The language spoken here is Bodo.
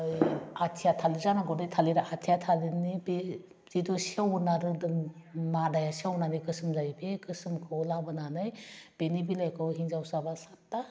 आथिया थालिर जानांगौ बे थालिरा आथिया थालिरनि बे जिथु सेवोना रोदोम मादाया सेवनानै गोसोम जायो बे गोसोमखौ लाबोनानै बिनि बिलाइखौ हिन्जावसाबा सातथा